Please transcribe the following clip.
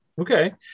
Okay